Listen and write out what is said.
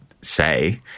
say